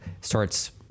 starts